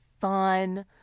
fun